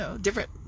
different